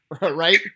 Right